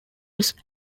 risk